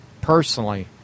personally